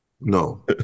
No